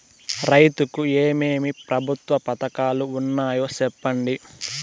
రైతుకు ఏమేమి ప్రభుత్వ పథకాలు ఉన్నాయో సెప్పండి?